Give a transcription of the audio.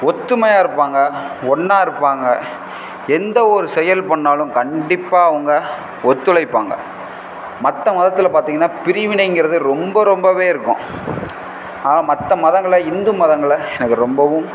ஒத்துமையாக இருப்பாங்க ஒன்னாக இருப்பாங்க எந்த ஒரு செயல் பண்ணாலும் கண்டிப்பாக அவங்க ஒத்துழைப்பாங்க மற்ற மதத்தில் பார்த்தீங்கன்னா பிரிவினைங்கிறது ரொம்ப ரொம்பவே இருக்கும் ஆனால் மற்ற மதங்களை இந்து மதங்களை எனக்கு ரொம்பவும்